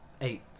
eight